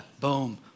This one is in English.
Boom